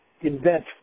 invent